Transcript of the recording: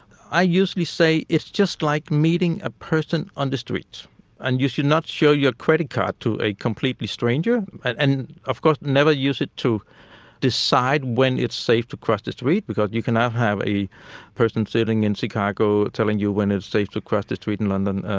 i usually say it's just like meeting a person on the and street and you should not show your credit card to a completely stranger, and and of course never use it to decide when it's safe to cross the street because you cannot have a person sitting in chicago telling you when it's safe to cross the street in london.